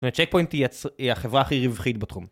וצ'קפוינט היא החברה הכי רווחית בתחום